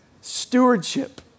stewardship